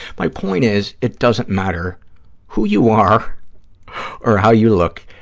my point is, it doesn't matter who you are or how you look,